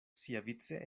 siavice